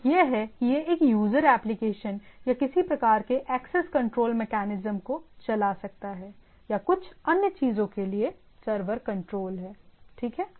एक यह है कि यह एक यूजर एप्लीकेशन या किसी प्रकार के एक्सेस कंट्रोल मेकैनिज्म को चला सकता है या कुछ अन्य चीजों के लिए सर्वर कंट्रोल है ठीक है